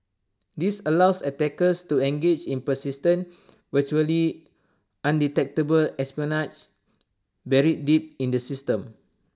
this allows attackers to engage in persistent virtually undetectable espionage buried deep in the system